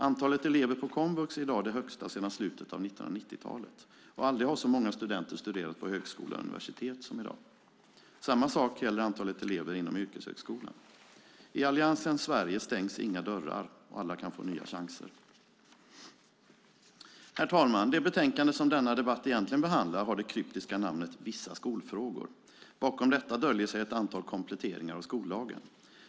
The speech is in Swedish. Antalet elever på komvux är i dag det högsta sedan slutet av 1990-talet, och aldrig har så många studenter studerat på högskola och universitet som i dag. Samma sak gäller antalet elever inom yrkeshögskolan. I Alliansens Sverige stängs inga dörrar, och alla kan få nya chanser! Herr talman! Det betänkande som denna debatt egentligen behandlar har det kryptiska namnet Vissa skolfrågor . Bakom detta döljer sig ett antal kompletteringar av skollagen.